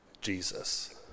Jesus